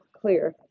clear